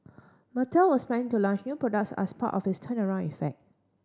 Mattel was planning to launch new products as part of its turnaround effort